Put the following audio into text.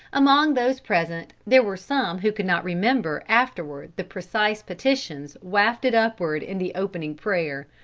among those present there were some who could not remember afterward the precise petitions wafted upward in the opening prayer.